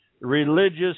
religious